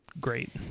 great